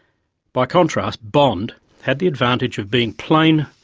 by contrast bond had the advantage of being plain,